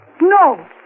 No